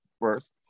first